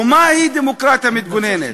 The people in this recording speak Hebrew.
ומהי דמוקרטיה מתגוננת?